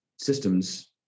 systems